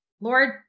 Lord